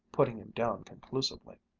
putting him down conclusively.